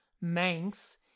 Manx